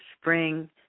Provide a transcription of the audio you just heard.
spring